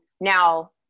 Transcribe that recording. now